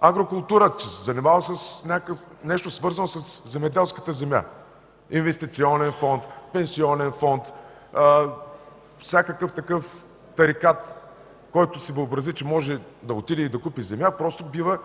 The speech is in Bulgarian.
агрокултура, че си се занимавал с нещо, свързано със земеделската земя, инвестиционен фонд, пенсионен фонд. Всякакъв такъв тарикат, който си въобрази, че може да отиде и да купи земя, просто бива